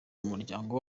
umuryango